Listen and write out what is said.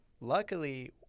luckily